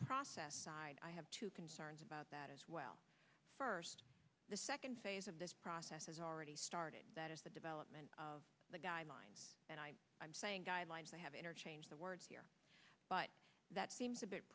process side i have two concerns about that as well first the second phase of this process has already started that is the development of the guidelines and i'm saying guidelines they have interchange the words here but that seems a bit